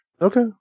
Okay